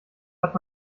hat